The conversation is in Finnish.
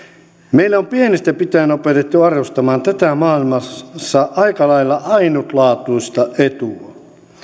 meitä on pienestä pitäen opetettu arvostamaan tätä maailmassa aika lailla ainutlaatuista etua